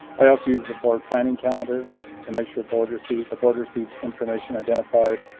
i also use a board planning calendar to make sure border see the border sees information identified